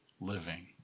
living